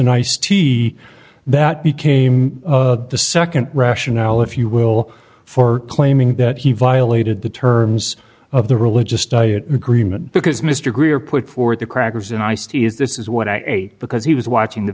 and iced tea that became the nd rationale if you will for claiming that he violated the terms of the religious diet agreement because mr greer put forward the crackers and iced tea is this is what i ate because he was watching the